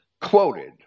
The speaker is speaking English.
quoted